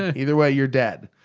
ah either way, you're dead.